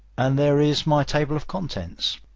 and there is my table of contents.